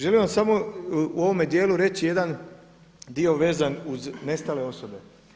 Želim vam samo u ovome dijelu reći jedan dio vezan uz nestale osobe.